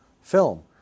film